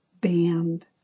band